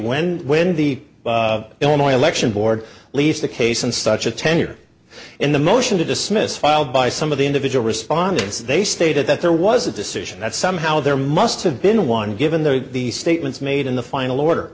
when when the illinois election board least the case and such a tenure in the motion to dismiss filed by some of the individual respondents they stated that there was a decision that somehow there must have been one given though the statements made in the final order